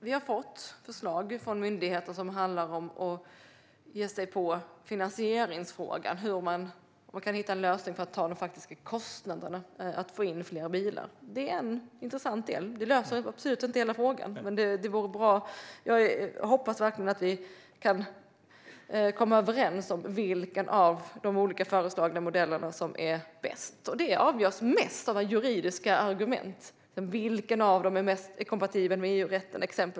Vi har fått förslag från myndigheter som handlar om att ge sig på finansieringsfrågan - hur man kan hitta en lösning för att ta kostnaderna för att få in fler bilar. Det är en intressant del. Det löser absolut inte hela frågan, men det vore bra. Jag hoppas verkligen att vi kan komma överens om vilken av de olika föreslagna modellerna som är bäst. Det avgörs mest med juridiska argument, exempelvis vilken av dem som är mest kompatibel med EU-rätten.